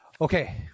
Okay